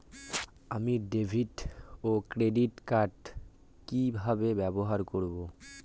আমি ডেভিড ও credit card কি কিভাবে ব্যবহার করব?